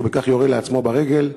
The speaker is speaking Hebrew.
ובכך יורה לעצמו ברגל,